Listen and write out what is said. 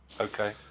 Okay